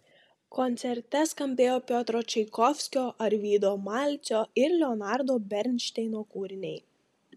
koncerte skambėjo piotro čaikovskio arvydo malcio ir leonardo bernšteino kūriniai